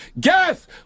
guess